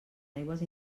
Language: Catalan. aigües